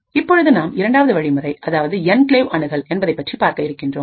இப்பொழுது நாம் இரண்டாவது வழிமுறை அதாவது என்கிளேவ் அணுகல் என்பதைப்பற்றி பார்க்க இருக்கின்றோம்